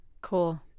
Cool